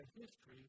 history